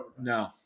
No